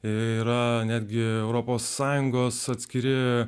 yra netgi europos sąjungos atskiri